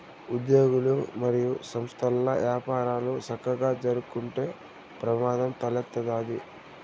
ఉజ్యోగులు, మరియు సంస్థల్ల యపారాలు సక్కగా జరక్కుంటే ప్రమాదం తలెత్తతాది